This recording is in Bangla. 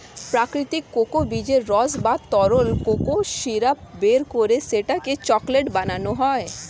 প্রাকৃতিক কোকো বীজের রস বা তরল কোকো সিরাপ বের করে সেটাকে চকলেট বানানো হয়